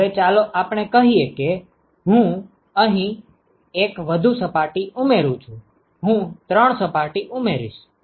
હવે ચાલો આપણે કહીએ કે હું અહીં 1 વધુ સપાટી ઉમેરું છું હું 3 સપાટી ઉમેરીશ